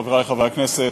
חברי חברי הכנסת,